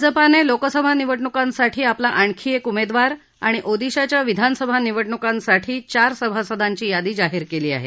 भाजपाने लोकसभा निवडणुकांसाठी आपला आणखी एक उमेदवार आणि ओदिशाच्या विधानसभा निवडणुकांसाठी चार सभासदांची यादी जाहीर केली आहे